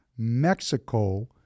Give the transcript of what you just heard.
Mexico